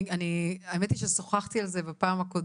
אני האמת היא ששוחחתי על זה בפעם הקודמת